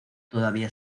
todavía